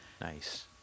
Nice